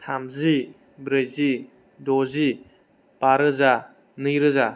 थामजि ब्रैजि द'जि बा रोजा नै रोजा